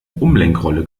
umlenkrolle